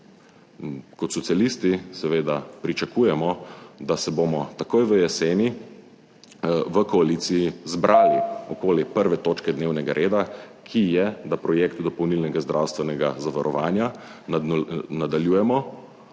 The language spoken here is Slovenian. Kot socialisti seveda pričakujemo, da se bomo takoj v jeseni v koaliciji zbrali okoli 1. točke dnevnega reda, ki je, da projekt dopolnilnega zdravstvenega zavarovanja nadaljujemo